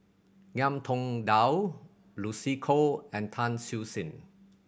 Ngiam Tong Dow Lucy Koh and Tan Siew Sin